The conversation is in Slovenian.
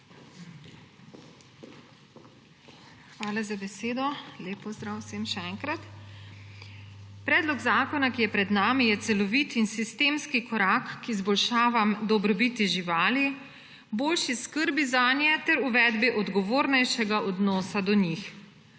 Hvala za besedo. Lep pozdrav vsem še enkrat! Predlog zakona, ki je pred nami, je celovit in sistemski korak k izboljšavam dobrobiti živali, boljši skrbi zanje ter uvedbi odgovornejšega odnosa do njih.